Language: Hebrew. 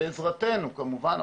בעזרתנו כמובן,